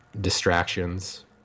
distractions